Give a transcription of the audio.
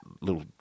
little